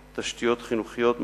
תשתיות חינוכיות,